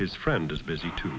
his friend is busy too